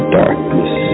darkness